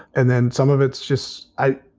and then some of it's just i.